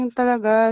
talaga